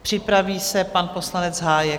Připraví se pan poslanec Hájek.